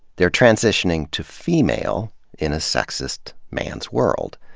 they are transitioning to female in a sexist, man's world.